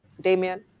Damien